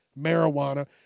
marijuana